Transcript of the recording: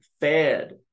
fed